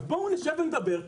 אז בואו נשב ונדבר,